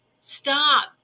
stop